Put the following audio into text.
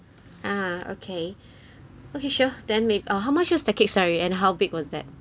ah okay okay sure then made ah how much was the cake selling and how big was that